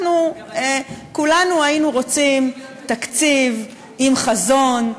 אנחנו כולנו היינו רוצים תקציב עם חזון,